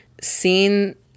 seen